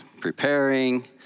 preparing